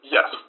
Yes